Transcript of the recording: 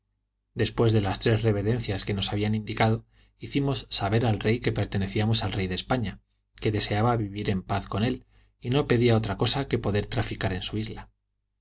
después de las tres reverencias que nos habían indicado hicimos saber al rey que pertenecíamos al rey de españa que deseaba vivir en paz con él y no pedía otra cosa que poder traficar en su isla